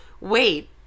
wait